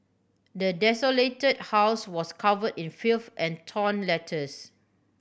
the desolated house was cover in filth and torn letters